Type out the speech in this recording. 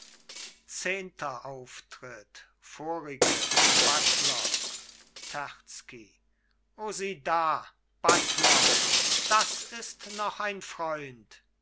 zehnter auftritt vorige buttler terzky o sieh da buttler das ist noch ein freund